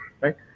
right